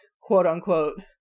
quote-unquote